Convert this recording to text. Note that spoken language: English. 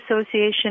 Association